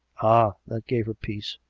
ah! that gave her peace.